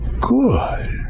good